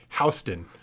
Houston